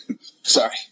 Sorry